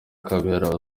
kabera